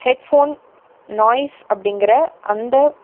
headphone noise அப்படிங்கிற அந்த